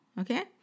okay